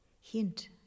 Hint